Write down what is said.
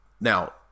Now